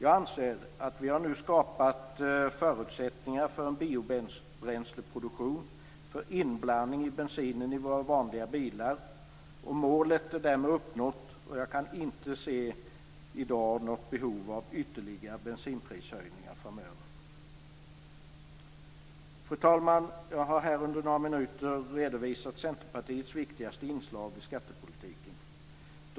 Jag anser att vi nu har skapat förutsättningar för en biobränsleproduktion för inblandning i bensinen i våra vanliga bilar. Målet är därmed uppnått, och jag kan i dag inte se något behov av ytterligare bensinprishöjningar framöver. Fru talman! Jag har här under några minuter redovisat Centerpartiets viktigaste inslag i skattepolitiken.